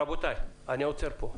רבותיי, אני עוצר פה,